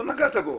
לא נגעת בו,